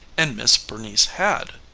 and miss bernice had.